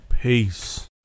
Peace